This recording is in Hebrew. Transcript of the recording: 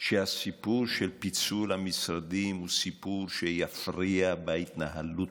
שהסיפור של פיצול המשרדים הוא סיפור שיפריע בהתנהלות.